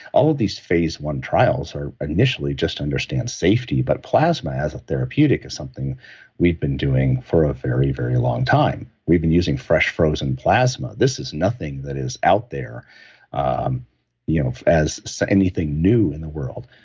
all of these phase one trials are initially to understand safety, but plasma, as a therapeutic is something we've been doing for a very, very long time. we've been using fresh frozen plasma. this is nothing that is out there um you know as so anything new in the world,